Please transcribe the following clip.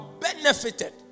benefited